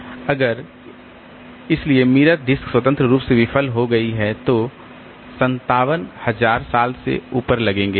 इसलिए अगर mirror disk स्वतंत्र रूप से विफल हो गई है तो 57000 साल से ऊपर लगेंगे